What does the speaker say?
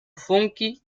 funky